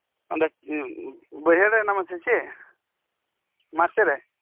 ᱵᱟᱹᱭᱦᱟᱹᱲᱨᱮ ᱦᱮᱱᱟᱢ ᱟ ᱥᱮᱪᱮᱫ ᱢᱟᱴ ᱥᱮᱫ ᱨᱮ